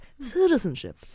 Citizenship